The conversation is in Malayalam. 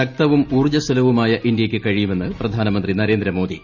ശക്തവും ഊർജ്ജസ്വലവുമായ ഇന്തൃക്ക് കഴിയുമെന്ന് പ്രധാനമന്ത്രി നരേന്ദ്രമോദി